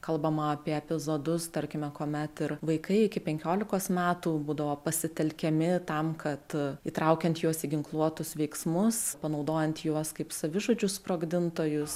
kalbama apie epizodus tarkime kuomet ir vaikai iki penkiolikos metų būdavo pasitelkiami tam kad įtraukiant juos į ginkluotus veiksmus panaudojant juos kaip savižudžius sprogdintojus